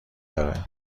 داره